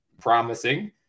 promising